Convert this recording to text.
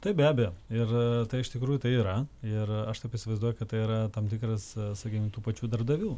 taip be abejo ir iš tikrųjų tai yra ir aš taip įsivaizduoju kad tai yra tam tikras sakykim tų pačių darbdavių